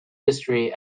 history